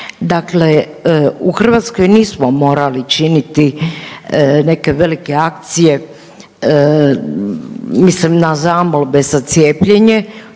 Dakle, u Hrvatskoj nismo morali činiti neke velike akcije, mislim na zamolbe za cijepljenje,